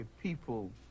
people